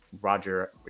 Roger